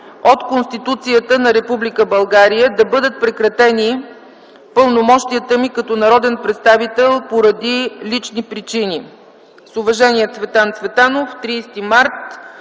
от Конституцията на Република България да бъдат прекратени пълномощията ми като народен представител поради лични причини. С уважение – Цветан Цветанов 30 март